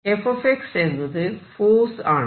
f എന്നത് force ആണ്